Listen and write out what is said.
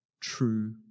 true